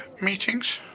meetings